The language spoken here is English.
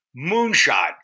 moonshot